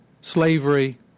slavery